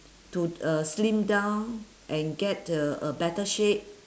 to uh slim down and get a a better shape